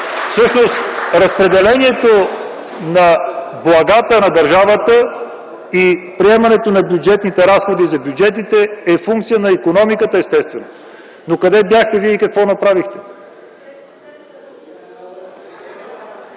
Всъщност, разпределението на благата на държавата и приемането на бюджетните разходи в бюджетите е функция на икономиката, естествено. Но къде бяхте Вие и какво направихте?